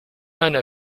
أنا